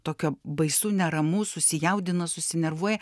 tokio baisu neramu susijaudina susinervuoja